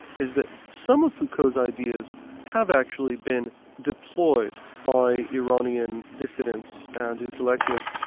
is that some of foucault's ideas have actually been deployed by iranian dissidents and intellectuals.